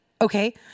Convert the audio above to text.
okay